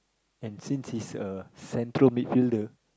and since he's a central midfielder